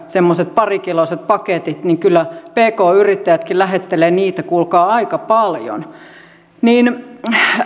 semmoiset parikiloiset paketit niin että kyllä pk yrittäjätkin lähettelevät niitä kuulkaa aika paljon niin